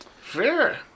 Fair